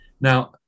Now